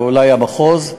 אולי המחוז,